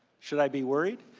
should i be worried?